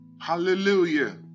hallelujah